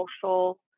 social